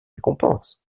récompenses